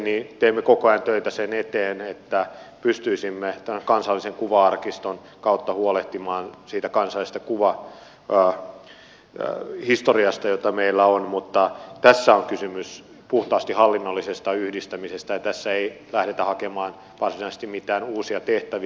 teemme koko ajan töitä sen eteen että pystyisimme kansallisen kuva arkiston kautta huolehtimaan siitä kansallisesta kuvahistoriasta jota meillä on mutta tässä on kysymys puhtaasti hallinnollisesta yhdistämisestä ja tässä ei lähdetä hakemaan varsinaisesti mitään uusia tehtäviä